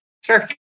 Sure